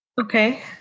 Okay